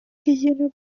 gehienak